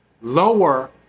Lower